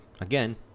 Again